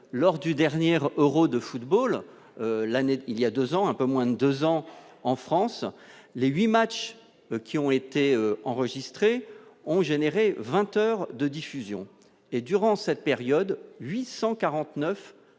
lors du dernière Euro de football l'année il y a 2 ans, un peu moins de 2 ans en France Les 8 matches qui ont été enregistrés ont généré 20 heures de diffusion et, durant cette période 849 référence